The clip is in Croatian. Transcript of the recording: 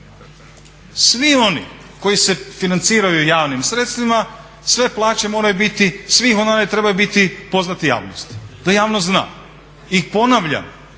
Svi oni koji se financiraju javnim sredstvima, sve plaće moraju biti, svi honorari trebaju biti poznati javnosti, da javnost zna. I ponavljam,